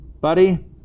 buddy